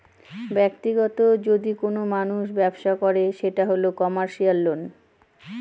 ব্যাক্তিগত যদি কোনো মানুষ ব্যবসা করে সেটা হল কমার্সিয়াল লোন